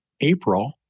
April